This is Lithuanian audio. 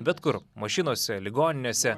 bet kur mašinose ligoninėse